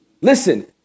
Listen